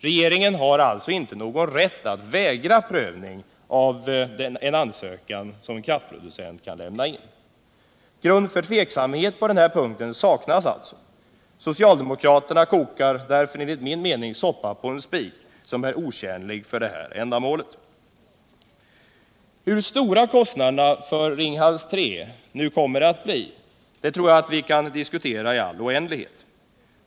Regeringen har alltså inte någon rätt att vägra prövning av en ansökan, som en kraftproducent lämnar in. Grund för tveksamhet på denna punkt saknas alltså. Socialdemokraterna kokar enligt min mening soppa på en spik, som är otjänlig för detta ändamål. Hur stora kostnaderna för Ringhals 3 nu kommer att bli tror jag att vi kan diskutera i all oändlighet.